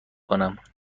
کنم